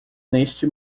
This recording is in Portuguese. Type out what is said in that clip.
neste